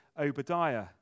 Obadiah